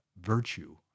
Virtue